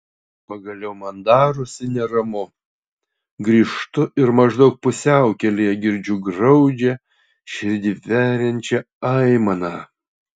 pagaliau man darosi neramu grįžtu ir maždaug pusiaukelėje girdžiu graudžią širdį veriančią aimaną